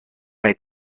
bei